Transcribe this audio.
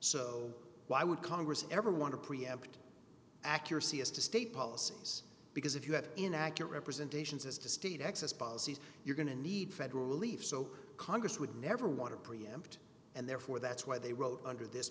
so why would congress ever want to preempt accuracy as to state policies because if you have an inaccurate representation as to state access policies you're going to need federal relief so congress would never want to preempt and therefore that's why they wrote under this